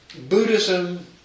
Buddhism